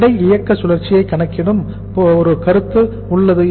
எடை இயக்க சுழற்சியை கணக்கிடும் ஒரு கருத்து உள்ளது